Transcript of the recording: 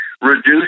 Reduce